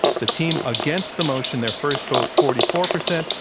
the team against the motion, their first vote, forty four percent,